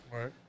Right